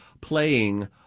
playing